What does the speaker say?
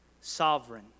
sovereign